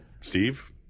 Steve